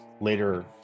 later